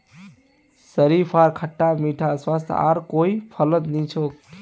शरीफार खट्टा मीठा स्वाद आर कोई फलत नी छोक